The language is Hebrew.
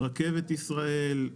רכבת ישראל,